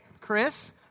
Chris